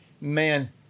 Man